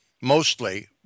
mostly